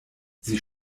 sie